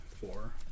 four